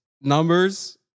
Numbers